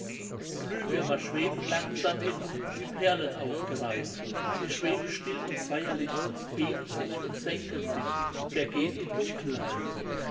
glühwürmer schweben langsam hin wie perlen aufgereiht sie schweben still und feierlich heben sich und senken sich vergehn in dunkelheit